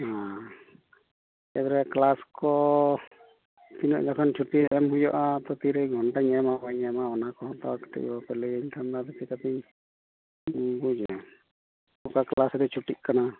ᱮᱭᱵᱟᱨᱮ class ᱠᱚ ᱛᱤᱱᱟᱹᱜ ᱡᱚᱠᱷᱚᱱ ᱪᱷᱩᱴᱤ ᱮᱢ ᱦᱩᱭᱩᱜᱼᱟ ᱛᱚ ᱛᱤᱨᱮ ᱨᱮ ᱜᱷᱚᱱᱴᱟᱧ ᱮᱢᱟ ᱵᱟᱹᱧ ᱮᱢᱟ ᱚᱱᱟᱠᱚ ᱛᱚ ᱠᱟ ᱴᱤᱡ ᱵᱟᱯᱮ ᱞᱟᱹᱭᱟᱧ ᱠᱷᱟᱱ ᱫᱚ ᱟᱫᱚ ᱪᱮᱠᱟᱛᱮᱧ ᱵᱩᱡᱟ ᱚᱠᱟ ᱠᱞᱟᱥ ᱨᱮ ᱪᱷᱩᱴᱤᱜ ᱠᱟᱱᱟ